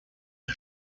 les